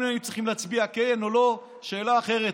אם היינו צריכים להצביע כן או לא זו שאלה אחרת,